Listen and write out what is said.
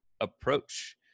approach